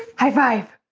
high-five